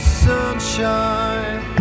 sunshine